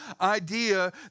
idea